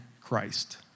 Christ